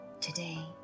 Today